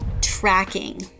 Tracking